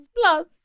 plus